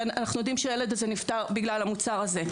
ואנחנו יודעים שהילד הזה נפטר בגלל המוצר הזה.